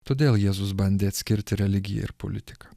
todėl jėzus bandė atskirti religiją ir politiką